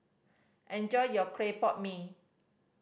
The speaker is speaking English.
enjoy your clay pot mee